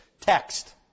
text